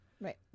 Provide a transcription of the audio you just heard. Right